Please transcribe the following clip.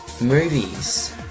movies